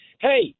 Hey